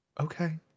okay